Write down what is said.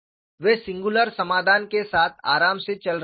वे singular समाधान के साथ आराम से चल रहे थे